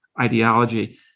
ideology